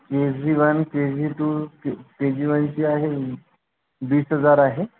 के G one K G two K K G वनची आहे वीस हजार आहे